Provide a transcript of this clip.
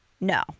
No